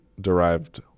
derived